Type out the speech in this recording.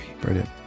brilliant